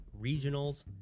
regionals